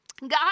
God